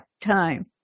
time